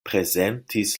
prezentis